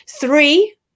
three